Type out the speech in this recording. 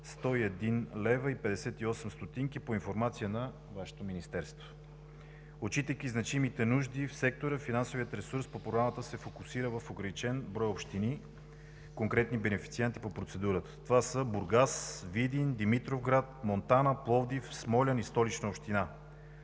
101 лв. 58 ст. – по информация на Вашето министерство. Отчитайки значимите нужди в сектора, финансовият ресурс по Програмата се фокусира в ограничен брой общини – конкретни бенефициенти по процедурата. Това са: Бургас, Видин, Димитровград, Монтана, Пловдив, Смолян и Столична община.